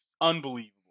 unbelievable